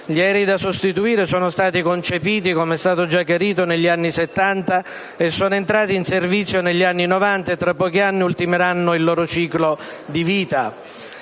Gli aerei da sostituire sono stati concepiti, come è stato già chiarito, negli anni Settanta, sono entrati in servizio negli anni Novanta e tra pochi anni ultimeranno il loro ciclo di vita.